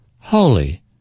holy